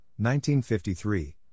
1953